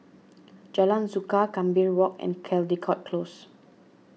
Jalan Suka Gambir Walk and Caldecott Close